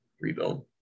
rebuild